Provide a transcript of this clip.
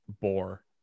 bore